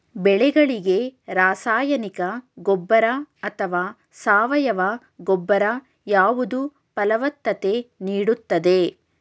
ಬೆಳೆಗಳಿಗೆ ರಾಸಾಯನಿಕ ಗೊಬ್ಬರ ಅಥವಾ ಸಾವಯವ ಗೊಬ್ಬರ ಯಾವುದು ಫಲವತ್ತತೆ ನೀಡುತ್ತದೆ?